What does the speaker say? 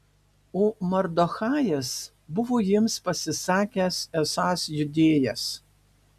o mardochajas buvo jiems pasisakęs esąs judėjas